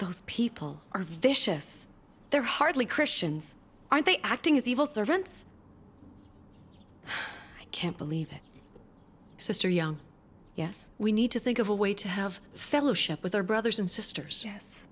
those people are vicious they're hardly christians are they acting as evil servants i can't believe it sister young yes we need to think of a way to have fellowship with our brothers and sisters yes